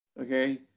okay